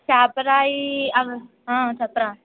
చాప రాయి ఆ చెప్పర